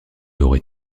aurait